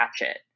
ratchet